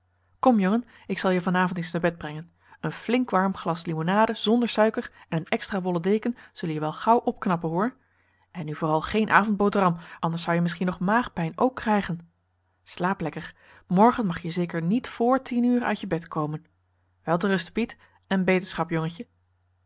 kom jongen ik zal je van avond eens naar bed brengen een flink warm glas limonade zonder suiker en een extra wollen deken henriette van noorden weet je nog wel van toen zullen je wel gauw opknappen hoor en nu vooral geen avondboterham anders zou je misschien nog maagpijn ook krijgen slaap lekker morgen mag je zeker niet vr tien uur uit je bed komen wel te rusten piet en beterschap jongentje